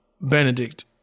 Benedict